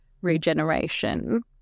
regeneration